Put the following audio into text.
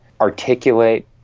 articulate